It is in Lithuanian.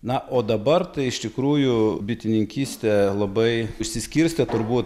na o dabar tai iš tikrųjų bitininkystė labai išsiskirstė turbū